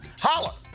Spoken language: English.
Holla